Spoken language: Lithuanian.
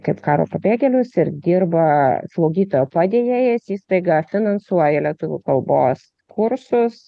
kaip karo pabėgėlius ir dirba slaugytojo padėjėjais įstaiga finansuoja lietuvių kalbos kursus